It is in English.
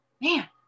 Man